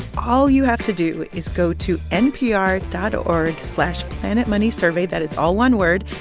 all you have to do is go to npr dot org slash planetmoneysurvey. that is all one word.